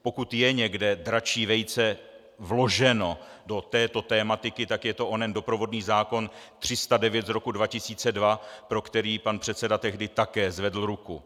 Pokud je někde dračí vejce vloženo do této tematiky, tak je to onen doprovodný zákon 309 z roku 2002, pro který pan předseda tehdy také zvedl ruku.